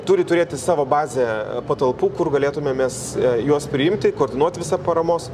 turi turėti savo bazę patalpų kur galėtume mes juos priimti koordinuoti visą paramos